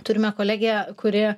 turime kolegę kuri